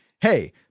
hey